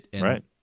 Right